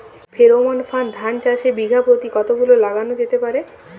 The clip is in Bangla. ফ্রেরোমন ফাঁদ ধান চাষে বিঘা পতি কতগুলো লাগানো যেতে পারে?